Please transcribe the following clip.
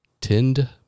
Tinned